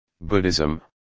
Buddhism